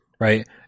right